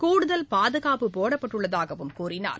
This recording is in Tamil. கூடுதல் பாதகாப்பு போடப்பட்டுள்ளதாகவும் கூறினார்